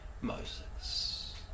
Moses